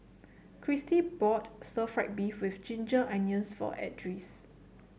Kristy bought stir fry beef with Ginger Onions for Edris